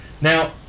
Now